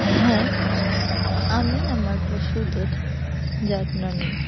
আমি আমার পশুদের যত্ন নিই